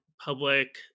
public